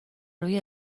روی